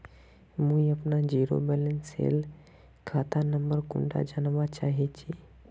मुई अपना zero balance सेल खाता नंबर कुंडा जानवा चाहची?